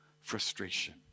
frustration